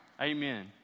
Amen